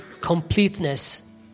completeness